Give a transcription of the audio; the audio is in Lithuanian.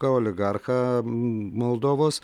oligarchą moldovos